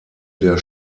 der